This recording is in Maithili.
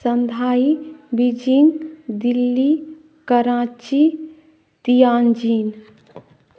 Shanghai Beijing Delhi Karachi Tianjin